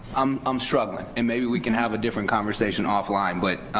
um i'm struggling, and maybe we can have a different conversation offline, but